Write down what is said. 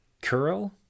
Curl